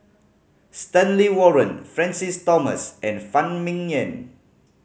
Stanley Warren Francis Thomas and Phan Ming Yen